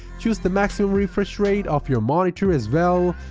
choose the maximum refresh rate of your monitor as well,